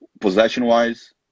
possession-wise